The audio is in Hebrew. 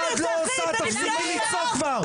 על כתפיהם של כפרי הנוער במדינת ישראל,